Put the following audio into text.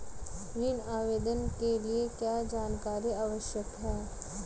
ऋण आवेदन के लिए क्या जानकारी आवश्यक है?